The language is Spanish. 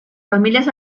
familias